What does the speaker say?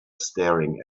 staring